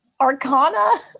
arcana